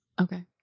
Okay